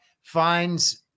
finds